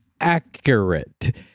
accurate